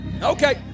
Okay